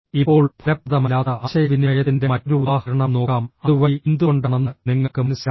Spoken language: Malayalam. ഇപ്പോൾ ഫലപ്രദമല്ലാത്ത ആശയവിനിമയത്തിന്റെ മറ്റൊരു ഉദാഹരണം നോക്കാം അതുവഴി എന്തുകൊണ്ടാണെന്ന് നിങ്ങൾക്ക് മനസ്സിലാകും